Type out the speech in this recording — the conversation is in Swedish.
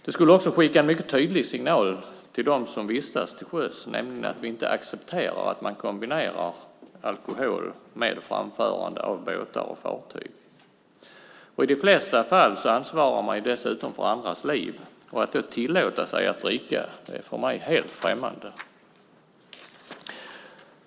Det skulle också skicka en mycket tydlig signal till dem som vistas till sjöss, nämligen att vi inte accepterar att man kombinerar alkohol med framförande av båtar och fartyg. I de flesta fall ansvarar man dessutom för andras liv, och att då tillåta sig att dricka är för mig helt främmande.